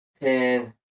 ten